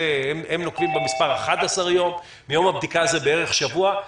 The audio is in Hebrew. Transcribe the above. הם נוקבים במספר 11 יום מיום הבדיקה זה בערך שבוע.